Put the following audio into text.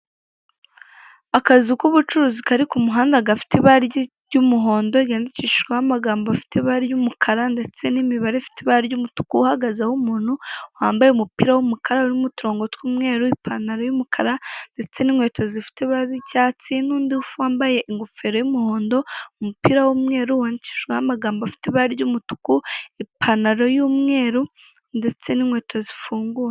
Akazu k'ubucuruzi kari k'umuhanda gafite ibara ry'umuhondo ryandikishijweho amagambo afite ibara ry'umukara ndetse n'imibare ifite ibara ry'umutuku uhagazeho umuntu wambaye umupira w'umukara urimo uturango tw'umweru, ipantaro y'umukara ndetse n'inkweto zifunze zifite ibara ry'icyatsi ,n'undi wambaye ingofero y'umuhondo, umupira w'umweru yandikishijweho amagambo afite ibara ry'umutuku, ipantaro y'umweru ndetse n'inkweto zifunguye.